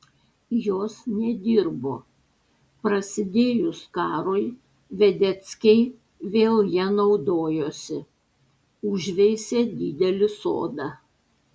jos nedirbo prasidėjus karui vedeckiai vėl ja naudojosi užveisė didelį sodą